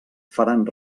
faran